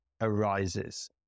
arises